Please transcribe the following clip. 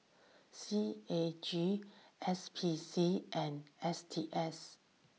C A G S P C and S T S